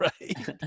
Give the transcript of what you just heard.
right